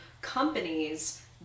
companies